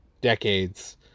decades